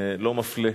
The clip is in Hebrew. מפלה.